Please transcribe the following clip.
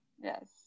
Yes